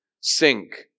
sink